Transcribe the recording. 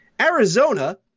Arizona